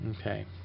Okay